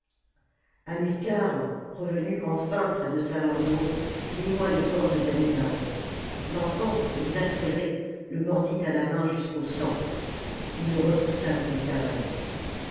hamilcar revenu enfin près de salammbô dénoua les cordes d'hannibal l'enfant exaspéré le mordit à la main jusqu'au sang ii le repoussa d'une caresse